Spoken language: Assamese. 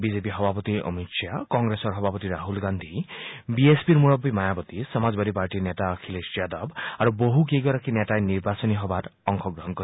বিজেপি সভাপতি অমিত খাহ কংগ্ৰেছৰ সভাপতি ৰাহল গান্ধী বি এছ পিৰ মূৰববী মায়াৱতী সমাজবাদী পাৰ্টীৰ নেতা অখিলেশ যাদৱ আৰু বহু কেইবাগৰাকী নেতাই নিৰ্বাচনী সভাত অংশগ্ৰহণ কৰিব